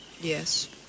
Yes